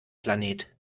planet